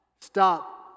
Stop